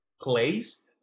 place